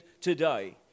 today